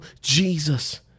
Jesus